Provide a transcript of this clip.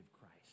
Christ